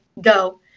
go